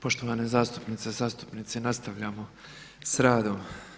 Poštovane zastupnice i zastupnici, nastavljamo sa radom.